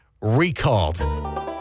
recalled